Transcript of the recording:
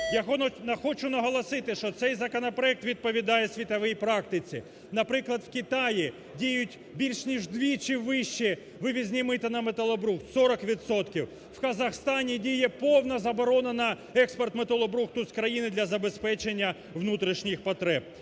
Я хочу наголосити, що цей законопроект відповідає світовій практиці. Наприклад, в Китаї діють більш, ніж вдвічі вищі вивізні мита на металобрухт – 40 відсотків. В Казахстані діє повна заборона на експорт металобрухту з країни для забезпечення внутрішніх потреб.